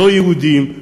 לא יהודים,